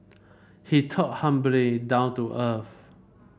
he talked humbly down to earth